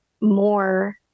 more